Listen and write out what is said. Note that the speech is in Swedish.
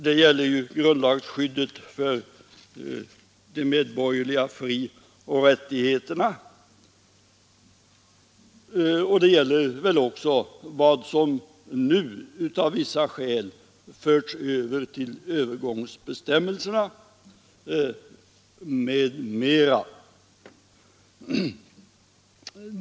Det gäller grundlagsskyddet för de medborgerliga frioch rättigheterna, och det gäller väl också vad som nu av vissa skäl förts över till övergångsbestämmelserna m.m.